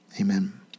Amen